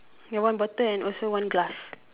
ya one bottle and also one glass